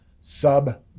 sub